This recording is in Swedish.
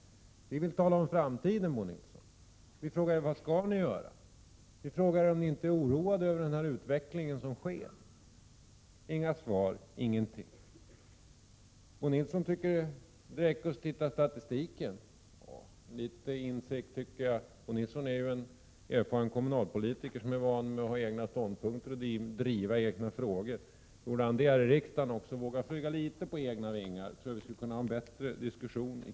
Vi vill tala om framtiden, Bo Nilsson. Vi frågar er: Vad skall ni göra? Vi frågar: Är ni inte oroade över den utveckling som sker? Inga svar — ingenting! Bo Nilsson tycker att det räcker att titta i statistiken. Litet insikt borde Bo Nilsson ha. Han är en erfaren kommunalpolitiker, som är van att ha egna ståndpunkter och driva egna. frågor. Det vore bra om han också här i riksdagen vågade flyga litet på egna vingar. Jag tror att vi då skulle kunna föra en bättre diskussion.